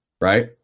right